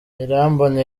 irambona